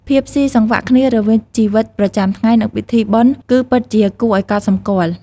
ភាពស៊ីសង្វាក់គ្នារវាងជីវិតប្រចាំថ្ងៃ និងពិធីបុណ្យគឺពិតជាគួរឲ្យកត់សម្គាល់។